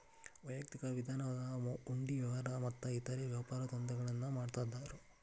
ವೈಯಕ್ತಿಕ ವಿಧಾನದಾಗ ಹುಂಡಿ ವ್ಯವಹಾರ ಮತ್ತ ಇತರೇ ವ್ಯಾಪಾರದಂಧೆಗಳನ್ನ ಮಾಡ್ತಿದ್ದರು